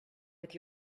with